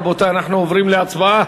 רבותי, אנחנו עוברים להצבעה.